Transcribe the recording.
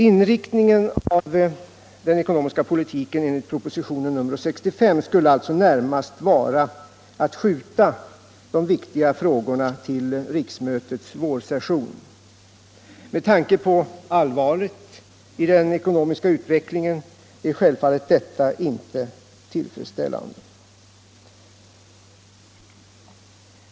Inriktningen av den ekonomiska politiken enligt proposition nr 65 skulle alltså närmast vara att skjuta de viktiga frågorna till riksmötets vårsession. Med tanke på allvaret i den ekonomiska utvecklingen är detta självfallet inte tillfredsställande.